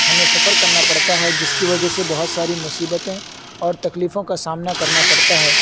ہمیں سفر کرنا پڑتا ہے جس کی وجہ سے بہت ساری مصبتیں اور تکلیفوں کا سامنا کرنا پڑتا ہے